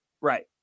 Right